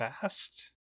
fast